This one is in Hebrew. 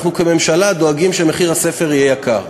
אנחנו כממשלה דואגים שמחיר הספר יהיה גבוה.